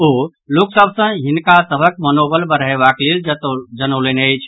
ओ लोक सभ सँ हिनका सभक मनोबल बढ़यबाक लेल जनौलनि अछि